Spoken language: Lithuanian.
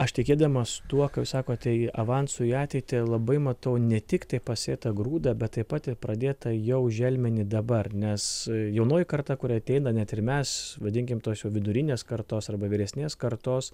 aš tikėdamas tuo kaip sakote į avansu į ateitį labai matau ne tiktai pasėtą grūdą bet taip pat pradėtą jau želmenį dabar nes jaunoji karta kuri ateina net ir mes vadinkim tos vidurinės kartos arba vyresnės kartos